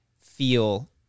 feel